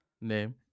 name